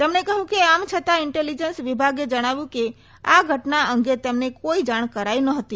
તેમણે કહ્યું કે આમ છતાં ઇન્ટેલીજન્સ વિભાગે જણાવ્યું કે આ ઘટના અંગે તેમને જાણ કરાઇ નહોતી